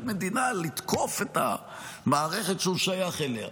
מדינה לתקוף את המערכת שהוא שייך אליה.